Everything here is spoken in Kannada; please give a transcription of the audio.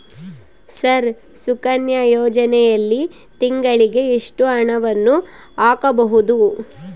ಸರ್ ಸುಕನ್ಯಾ ಯೋಜನೆಯಲ್ಲಿ ತಿಂಗಳಿಗೆ ಎಷ್ಟು ಹಣವನ್ನು ಹಾಕಬಹುದು?